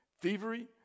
Thievery